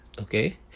okay